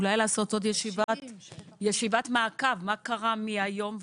אולי לעשות עוד ישיבת מעקב, מה קרה מהיום וקדימה,